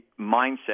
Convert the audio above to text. mindset